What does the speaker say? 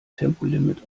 tempolimit